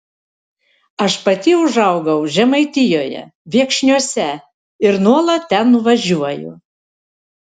aš pati užaugau žemaitijoje viekšniuose ir nuolat ten nuvažiuoju